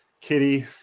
Kitty